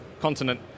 continent